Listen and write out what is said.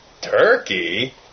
Turkey